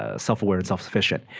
ah self-aware and self-sufficient